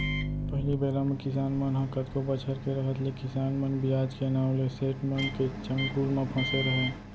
पहिली बेरा म किसान मन ह कतको बछर के रहत ले किसान मन बियाज के नांव ले सेठ मन के चंगुल म फँसे रहयँ